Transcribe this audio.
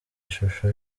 ishusho